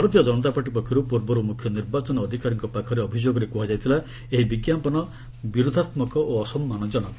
ଭାରତୀୟ ଜନତା ପାର୍ଟି ପକ୍ଷରୁ ପୂର୍ବରୁ ମୁଖ୍ୟ ନିର୍ବାଚନ ଅଧିକାରୀଙ୍କ ପାଖରେ ଅଭିଯୋଗରେ କୁହାଯାଇଥିଲା ଏହି ବିଜ୍ଞାପନ ବିରୁଧାତ୍ମକ ଓ ଅସମ୍ମାନ ଜନକ